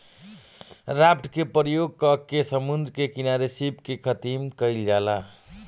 raft के प्रयोग क के समुंद्र के किनारे सीप के खेतीम कईल जाला